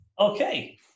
Okay